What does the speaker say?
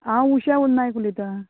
हांव उशा नायक उलयतां